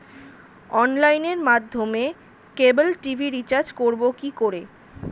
অনলাইনের মাধ্যমে cable TV recharge করব কি করে?